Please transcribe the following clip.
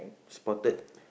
spotted